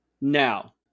now